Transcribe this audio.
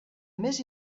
més